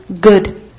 Good